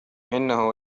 إنه